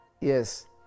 Yes